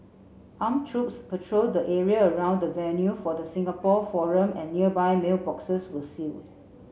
armed troops patrolled the area around the venue for the Singapore forum and nearby mailboxes were sealed